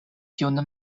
tiun